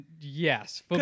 yes